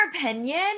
opinion